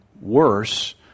worse